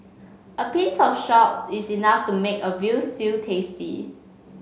a pinch of salt is enough to make a veal stew tasty